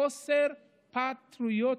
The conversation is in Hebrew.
חוסר פטריוטיות,